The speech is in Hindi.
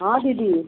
हाँ दीदी